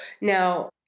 now